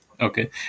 Okay